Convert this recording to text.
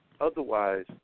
Otherwise